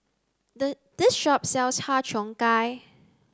the this shop sells Har Cheong Gai